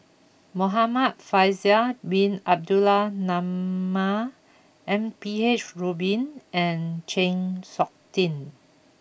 Muhamad Faisal bin Abdul Manap M P H Rubin and Chng Seok Tin